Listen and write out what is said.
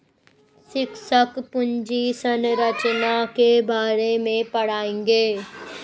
शिक्षक पूंजी संरचना के बारे में पढ़ाएंगे